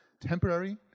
temporary